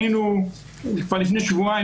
כבר לפני שבועיים,